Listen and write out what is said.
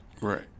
right